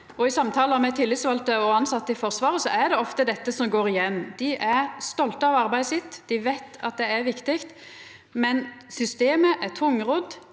i samtalar med tillitsvalde og tilsette i Forsvaret, er det ofte dette som går igjen. Dei er stolte av arbeidet sitt, dei veit at det er viktig, men systemet er tungrodd,